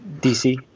DC